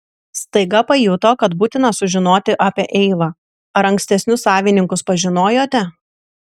staiga pajuto kad būtina sužinoti apie eivą ar ankstesnius savininkus pažinojote